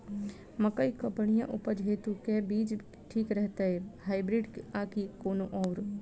मकई केँ बढ़िया उपज हेतु केँ बीज ठीक रहतै, हाइब्रिड आ की कोनो आओर?